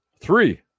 Three